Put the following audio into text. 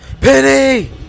penny